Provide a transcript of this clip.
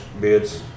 bids